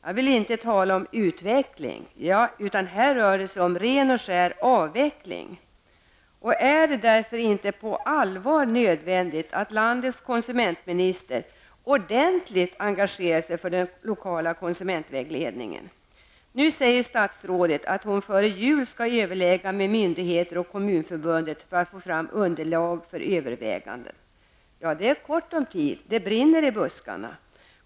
Jag vill inte tala om utveckling, utan här rör det sig om ren och skär avveckling. Är det därför inte nödvändigt att landets konsumentminister ordentligt engagerar sig för den lokala konsumentvägledningen? Nu säger statsrådet att hon före jul skall överlägga med myndigheter och Kommunförbundet för att få fram underlag för överväganden. Ja, det är kort om tid. Det brinner i buskarna.